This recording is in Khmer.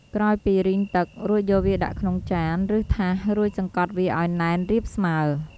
ក្រោយពីរីងទឹក រួចយកវាដាក់ក្នុងចាន ឬថាសរួចសង្កត់វាឱ្យណែនរាបស្មើរ។